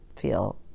feel